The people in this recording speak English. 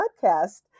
podcast